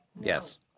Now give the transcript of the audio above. Yes